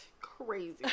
crazy